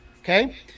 okay